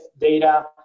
data